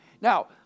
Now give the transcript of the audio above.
Now